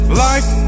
life